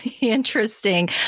interesting